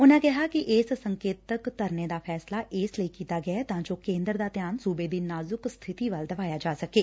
ਉਨਾਂ ਕਿਹਾ ਕਿ ਇਸ ਸੰਕੇਤਕ ਧਰਨੇ ਦਾ ਫੈਸਲਾ ਇਸ ਲਈ ਕੀਤਾ ਗਿਐ ਤਾਂ ਜੋ ਕੇ'ਦਰ ਦਾ ਧਿਆਨ ਸੁਬੇ ਦੀ ਨਾਜੁਕ ਸਬਿਤੀ ਵੱਲ ਦਵਾਇਆ ਜਾ ਸਕੇ